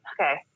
Okay